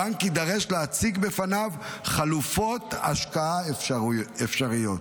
הבנק יידרש להציג בפניו חלופות השקעה אפשריות.